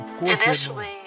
Initially